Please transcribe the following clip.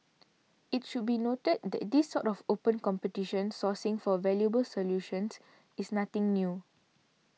it should be noted that this sort of open competition sourcing for valuable solutions is nothing new